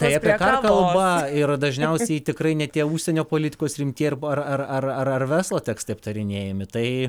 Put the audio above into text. tai apie ką kalba ir dažniausiai tikrai ne tie užsienio politikos rimti arba ar ar verslo tekstai aptarinėjami tai